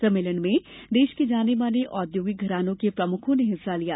सम्मेलन में देश के जाने माने औद्योगिक घरानों के प्रमुखों ने हिस्सा लिया